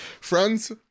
Friends